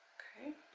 okay